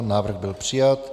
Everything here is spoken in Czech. Návrh byl přijat.